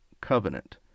covenant